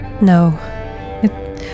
No